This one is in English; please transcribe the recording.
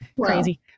crazy